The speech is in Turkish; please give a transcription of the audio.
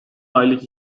aylık